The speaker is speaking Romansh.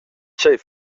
tgei